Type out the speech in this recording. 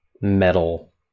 metal